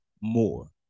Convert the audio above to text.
more